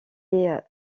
est